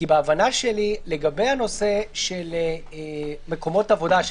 כי בהבנה שלי לגבי הנושא של מקומות עבודה,